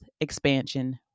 expansion